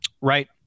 Right